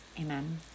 Amen